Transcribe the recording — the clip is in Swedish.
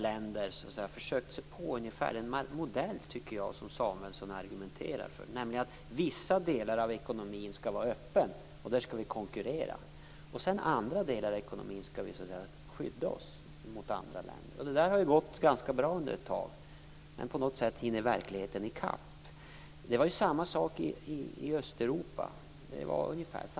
Länder har där försökt sig på den modell Samuelsson argumenterar för, dvs. att vissa delar av ekonomin skall vara öppen, där skall man konkurrera, och andra delar av ekonomin skall skyddas mot andra länder. Det har gått bra under ett tag. Men på något sätt hinner verkligheten i kapp. Det var ungefär samma modell i Östeuropa.